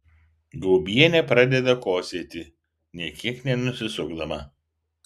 gaubienė pradeda kosėti nė kiek nenusisukdama